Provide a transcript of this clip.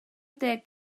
deg